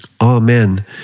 Amen